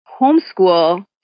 homeschool